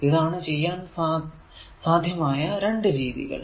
ഇതാണ് ചെയ്യാൻ സാധ്യമായ രണ്ടു രീതികൾ